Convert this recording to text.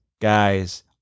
guy's